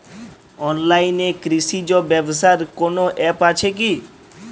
অনলাইনে কৃষিজ ব্যবসার কোন আ্যপ আছে কি?